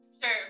Sure